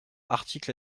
articles